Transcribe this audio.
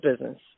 business